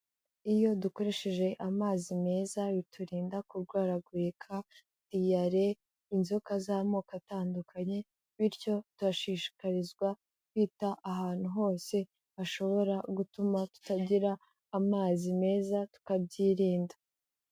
Iyo dukoresheje amazi meza biturinda kurwaragurika diyare; inzoka z'amoko atandukanye bityo turashishikarizwa kwita ahantu hose hashobora gutuma tutagira amazi meza tukabyirinda.